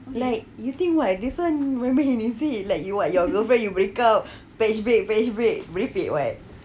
like you think what this [one] main main is it like you what your girlfriend you break up patch back patch back merepek [what]